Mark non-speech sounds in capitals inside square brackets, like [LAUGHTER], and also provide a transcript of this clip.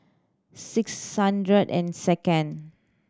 six [UNINTELLIGIBLE] and second